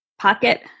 pocket